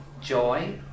joy